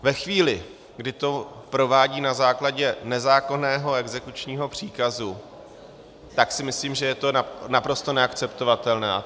Ve chvíli, kdy to provádí na základě nezákonného exekučního příkazu, tak si myslím, že je to naprosto neakceptovatelné.